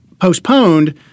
postponed